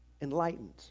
enlightened